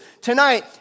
tonight